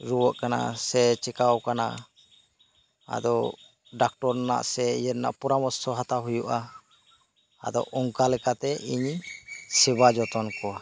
ᱨᱩᱭᱟᱹ ᱠᱟᱱᱟᱭ ᱥᱮ ᱪᱮᱠᱟᱹᱣ ᱟᱠᱟᱱᱟᱭ ᱠᱟᱱᱟᱭ ᱟᱫᱚ ᱰᱟᱠᱛᱚᱨ ᱨᱮᱭᱟᱜ ᱥᱮ ᱤᱭᱟᱹ ᱨᱮᱭᱟᱜ ᱯᱚᱨᱟᱢᱚᱨᱥᱚ ᱦᱟᱛᱟᱣ ᱦᱩᱭᱩᱜᱼᱟ ᱟᱫᱚ ᱚᱱᱠᱟ ᱞᱮᱠᱟᱛᱮ ᱤᱧᱤᱧ ᱥᱮᱵᱟ ᱡᱚᱛᱚᱱ ᱠᱚᱣᱟ